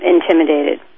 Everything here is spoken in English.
Intimidated